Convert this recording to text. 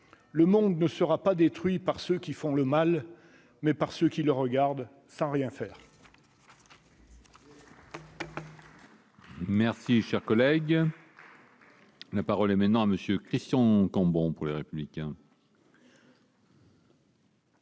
Le monde ne sera pas détruit par ceux qui font le mal, mais par ceux qui le regardent sans rien faire.